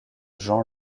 jean